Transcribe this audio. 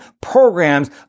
programs